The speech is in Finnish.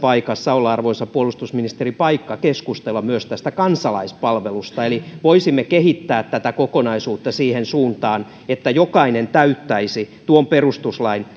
olla arvoisa puolustusministeri paikka keskustella myös kansalaispalvelusta eli voisimme kehittää tätä kokonaisuutta siihen suuntaan että jokainen täyttäisi perustuslain